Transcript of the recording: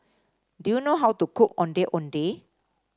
do you know how to cook Ondeh Ondeh